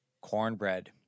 cornbread